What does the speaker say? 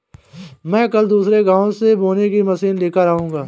मैं कल दूसरे गांव से बोने की मशीन लेकर आऊंगा